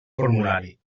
formulari